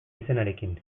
izenarekin